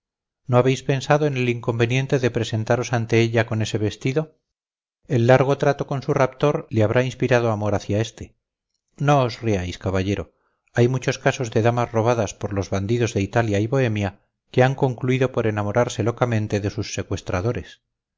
no habéis pensado en el inconveniente de presentaros ante ella con ese vestido el largo trato con su raptor le habrá inspirado amor hacia este no os riáis caballero hay muchos casos de damas robadas por los bandidos de italia y bohemia que han concluido por enamorarse locamente de sus secuestradores